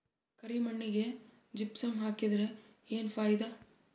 ಕರಿ ಮಣ್ಣಿಗೆ ಜಿಪ್ಸಮ್ ಹಾಕಿದರೆ ಏನ್ ಫಾಯಿದಾ?